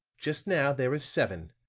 just now there are seven.